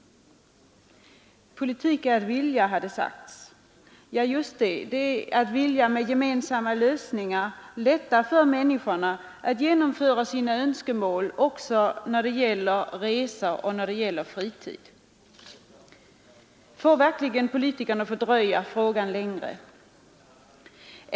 Politik är att vilja, har det sagts. Ja, just det! Det är att vilja med gemensamma lösningar underlätta för människorna att genomföra sina önskemål också när det gäller resor och fritid. Får verkligen politikerna fördröja frågan längre?